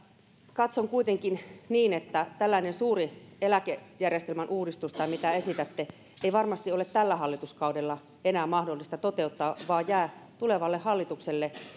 katson kuitenkin niin että tällaista suurta eläkejärjestelmän uudistusta tai sitä mitä esitätte ei varmasti ole tällä hallituskaudella enää mahdollista toteuttaa vaan se jää tulevalle hallitukselle